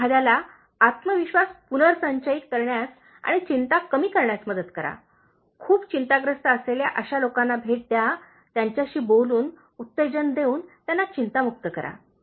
एखाद्याला आत्मविश्वास पुनर्संचयित करण्यास आणि चिंता कमी करण्यास मदत करा खूप चिंताग्रस्त असलेल्या अशा लोकांना भेट द्या त्यांच्याशी बोलून उत्तेजन देऊन त्यांना चिंतामुक्त करा